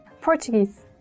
Portuguese